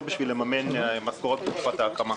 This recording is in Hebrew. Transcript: לא בשביל לממן משכורות בתקופת ההקמה.